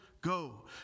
go